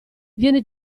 viene